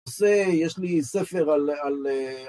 יש לי ספר על א.. על א..